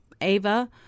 Ava